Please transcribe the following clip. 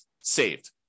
saved